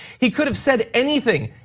he could have said anything,